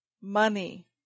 money